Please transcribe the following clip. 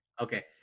Okay